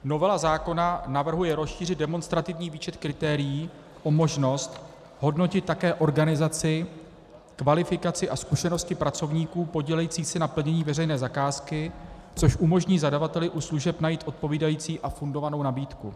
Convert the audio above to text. Novela zákona navrhuje rozšířit demonstrativní výčet kritérií o možnost hodnotit také organizaci, kvalifikaci a zkušenosti pracovníků podílejících se na plnění veřejné zakázky, což umožní zadavateli u služeb najít odpovídající a fundovanou nabídku.